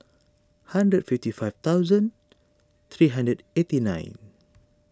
hundred fifty five thousand three hundred eighty nine